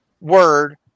word